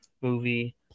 Movie